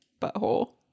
butthole